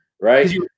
Right